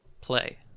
play